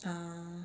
ah